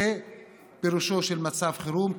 זה פירושו של מצב חירום,